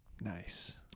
nice